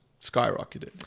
skyrocketed